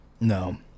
No